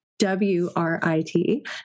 W-R-I-T